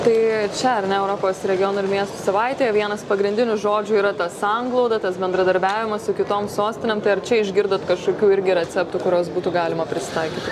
tai čia ar ne europos regionų ir miestų savaitėje vienas pagrindinių žodžių yra ta sanglauda tas bendradarbiavimas su kitom sostinėm tai ar čia išgirdote kažkokių irgi receptų kuriuos būtų galima prisitaikyti